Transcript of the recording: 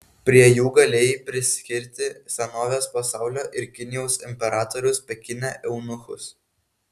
prie jų galėjai priskirti senovės pasaulio ir kinijos imperatoriaus pekine eunuchus